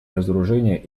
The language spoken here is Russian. разоружение